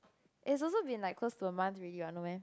it's also been like close to a month already what no meh